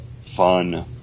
fun